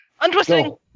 Untwisting